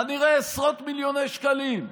כנראה עשרות מיליוני שקלים.